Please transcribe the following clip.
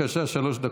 בבקשה, שלוש דקות.